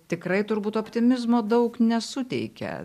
tikrai turbūt optimizmo daug nesuteikia